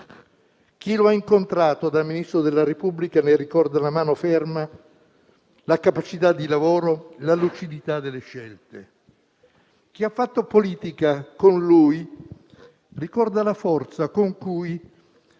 Chi lo ha incontrato da Ministro della Repubblica ne ricorda la mano ferma, la capacità di lavoro e la lucidità delle scelte. Chi ha fatto politica con lui ricorda la forza con cui,